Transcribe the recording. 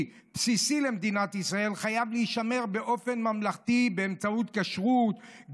בסיסי למדינת ישראל חייב להישמר באופן ממלכתי באמצעות כשרות,